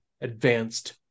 advanced